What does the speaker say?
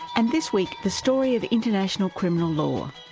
and this week the story of international criminal law.